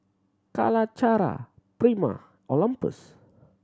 Calacara Prima Olympus